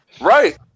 Right